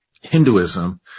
hinduism